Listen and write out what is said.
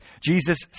Jesus